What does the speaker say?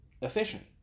efficient